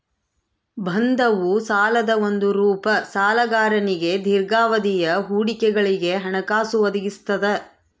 ಬಂಧವು ಸಾಲದ ಒಂದು ರೂಪ ಸಾಲಗಾರನಿಗೆ ದೀರ್ಘಾವಧಿಯ ಹೂಡಿಕೆಗಳಿಗೆ ಹಣಕಾಸು ಒದಗಿಸ್ತದ